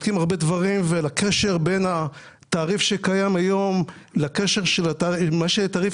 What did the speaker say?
ואת הקשר בין התעריף שקיים היום לבין תעריף